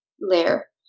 layer